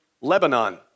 Lebanon